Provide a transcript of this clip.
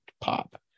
pop